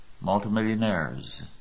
multimillionaires